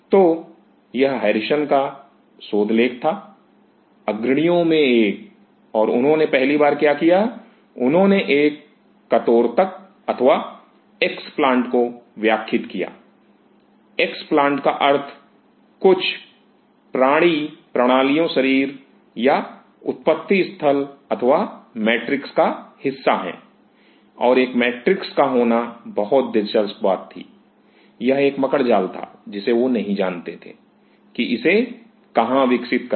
तो यह हैरिसन का शोध लेख था अग्रणीओं में से एक और उन्होंने पहली बार क्या किया उन्होंने एक कर्तोतक अथवा एक्सप्लांट को व्याख्खित किया एक्सप्लांट का अर्थ कुछ प्राणी प्रणालियों शरीर या उत्पत्ति स्थल अथवा मैट्रिक्स का हिस्सा है और एक मैट्रिक्स का होना बहुत दिलचस्प बात थी यह एक मकड़जाल था जिसे वह नहीं जानते थे कि इसे कहां विकसित करें